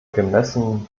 gemessen